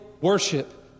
worship